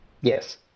Yes